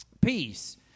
Peace